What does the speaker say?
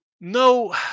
No